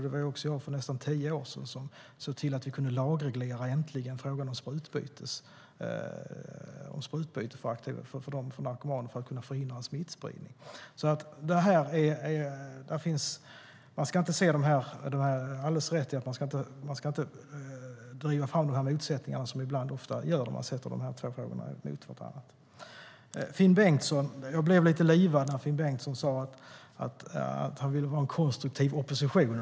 Det var också jag som för nästan tio år sedan såg till att vi äntligen kunde lagreglera frågan om sprutbyte för narkomaner för att förhindra smittspridning. Det är alldeles rätt att man inte ska driva fram den här motsättningen, som man ofta gör när man sätter de här två frågorna mot varandra. Finn Bengtsson! Jag blev lite livad när Finn Bengtsson sade att han ville vara en konstruktiv opposition.